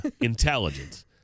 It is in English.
intelligence